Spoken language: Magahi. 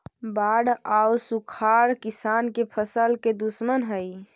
बाढ़ आउ सुखाड़ किसान के फसल के दुश्मन हइ